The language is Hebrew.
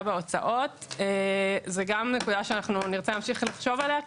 בהוצאות זו נקודה שאנחנו נרצה להמשיך לחשוב עליה,